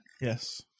Yes